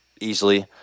easily